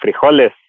frijoles